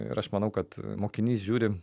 ir aš manau kad mokinys žiūri